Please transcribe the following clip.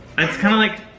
it's kind of like,